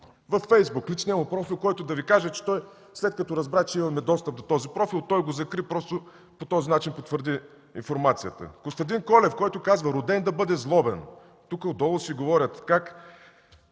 Във фейсбук – на личния му профил, който да Ви кажа, че той, след като разбра, че имаме достъп до този профил, го закри и просто по този начин потвърди информацията. Костадин Колев, който казва: „Роден да бъде злобен“. Тук отдолу си говорят как